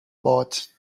bought